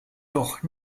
noch